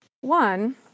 One